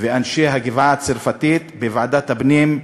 ואנשי הגבעה-הצרפתית בוועדת הפנים,